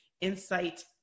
Insight